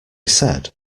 said